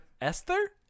Esther